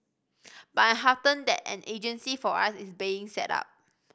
but I am heartened that an agency for us is being set up